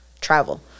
travel